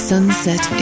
Sunset